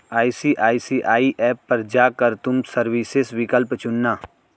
ICICI app पर जा कर तुम सर्विसेस विकल्प चुनना